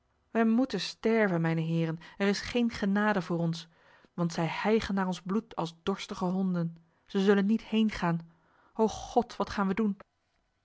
wij moeten sterven mijne heren er is geen genade voor ons want zij hijgen naar ons bloed als dorstige honden zij zullen niet heengaan och god wat gaan wij doen